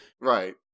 Right